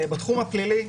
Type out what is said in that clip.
בתחום הפלילי,